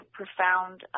profound